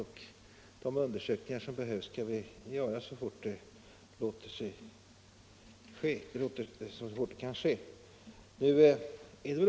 Vi skall göra de undersökningar som behövs så fort det kan ske.